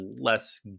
less